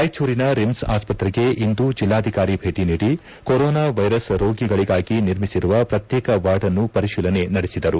ರಾಯಚೂರಿನ ರಿಮ್ ಆಸ್ಪತ್ರೆಗೆ ಇಂದು ಜಿಲ್ದಾಧಿಕಾರಿ ಭೇಟಿ ನೀಡಿ ಕೊರೋನಾ ವೈರಸ್ ರೋಗಿಗಳಿಗಾಗಿ ನಿರ್ಮಿಸಿರುವ ಪ್ರಕ್ಶೇಕವಾರ್ಡ್ನ್ನು ಪರಿಶೀಲನೆ ನಡೆಸಿದರು